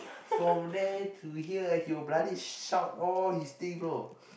from there to here he will bloody shout all his thing know